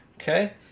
okay